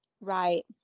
right